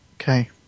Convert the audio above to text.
okay